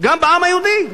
גם בעם היהודי,